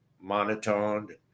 monotoned